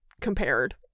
compared